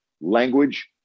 language